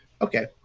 Okay